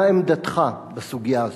מה עמדתך בסוגיה הזאת?